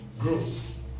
growth